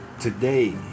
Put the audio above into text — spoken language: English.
Today